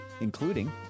including